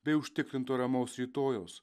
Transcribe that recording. bei užtikrinto ramaus rytojaus